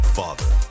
father